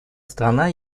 страна